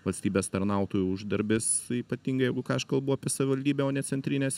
valstybės tarnautojų uždarbis ypatingai jeigu ką aš kalbu apie savivaldybę o ne centrinės